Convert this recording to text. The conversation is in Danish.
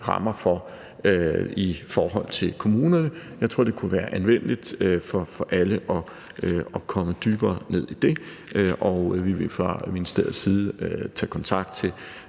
rammer til i forhold til kommunerne. Jeg tror, det kunne være anvendeligt for alle at komme dybere ned i det, og vi vil fra ministeriets side tage kontakt til